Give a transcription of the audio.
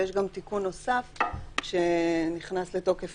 ויש גם תיקון נוסף, שנכנס לתוקף